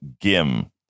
Gim